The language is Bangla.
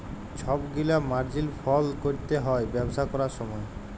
ছব গিলা মার্জিল ফল ক্যরতে হ্যয় ব্যবসা ক্যরার সময়